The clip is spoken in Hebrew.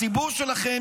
הציבור שלכם,